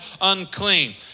unclean